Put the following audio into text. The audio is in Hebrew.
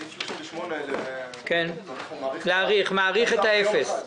סעיף 38 --- מאריך את האפס.